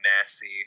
nasty